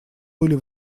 были